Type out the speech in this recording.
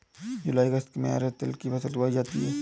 जूलाई अगस्त में अरहर तिल की फसल बोई जाती हैं